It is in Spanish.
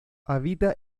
habita